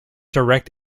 direct